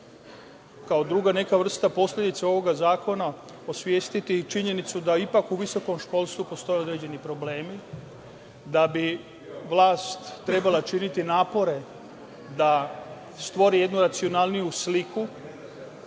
kao neka druga vrsta posledica ovog zakona osvestiti činjenicu da ipak u visokom školstvu postoje određeni problemi da bi vlast trebala činiti napore da stvori jednu racionalniju sliku,